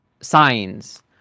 signs